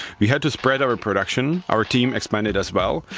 we had to spread our production, our team expanded as well.